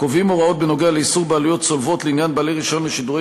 הקובעים הוראות בנוגע לאיסור בעלויות צולבות לעניין בעלי רישיון לשידורי